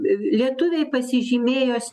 lietuviai pasižymėjo